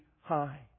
high